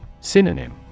Synonym